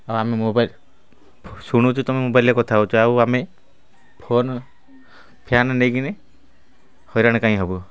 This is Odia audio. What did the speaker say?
ଆଉ ଆମେ ମୋବାଇଲ୍ ଶୁଣୁଛୁ ତୁମେ ମୋବାଇଲ୍ରେ କଥା ହେଉଛ ଆଉ ଆମେ ଫୋନ୍ ଫ୍ୟାନ୍ ନେଇକିନି ହଇରାଣ କହିଁକି ହେବୁ